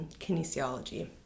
kinesiology